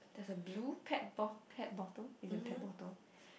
there's a blue pet bot~ pet bottle it's a pet bottle